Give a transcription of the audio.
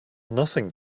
nothing